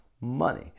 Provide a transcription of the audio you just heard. money